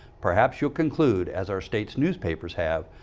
perhaps you'll conclude, as our state's newspapers have,